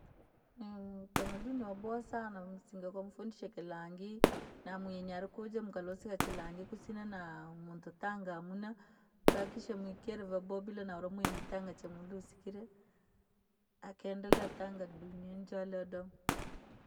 utamaduni waboowa sana, musinga kori woomfundisha kilangi, namuheni arikuje mkalusika kilangi kusina na muntu tanga hamna, ukahakikisha mukeere vyboha bila na unamuheni yootanga chee mulusikire akaendelea tanga dunichere yadoma.